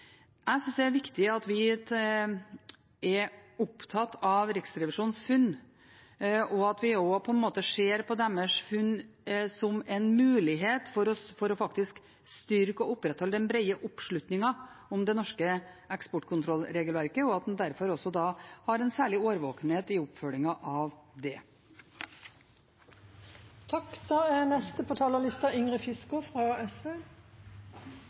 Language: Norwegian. Jeg synes det er viktig at vi er opptatt av Riksrevisjonens funn, og at vi også ser på deres funn som en mulighet for faktisk å styrke og opprettholde den brede oppslutningen om det norske eksportkontrollregelverket, og at en derfor har en særlig årvåkenhet i oppfølgingen av det. Når me behandlar denne meldinga, skal me vareta iallfall to omsyn. Det eine er